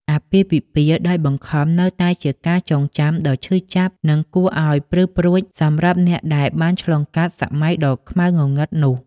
អាពាហ៍ពិពាហ៍ដោយបង្ខំនៅតែជាការចងចាំដ៏ឈឺចាប់និងគួរឱ្យព្រឺព្រួចសម្រាប់អ្នកដែលបានឆ្លងកាត់សម័យដ៏ខ្មៅងងឹតនោះ។